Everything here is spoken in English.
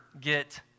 get